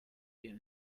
wie